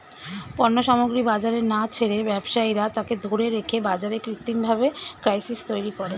পণ্য সামগ্রী বাজারে না ছেড়ে ব্যবসায়ীরা তাকে ধরে রেখে বাজারে কৃত্রিমভাবে ক্রাইসিস তৈরী করে